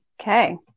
okay